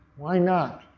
why not?